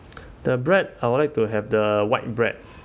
the bread I would like to have the white bread